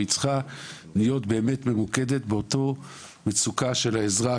היא צריכה להיות באמת ממוקדת באותה מצוקה של האזרח,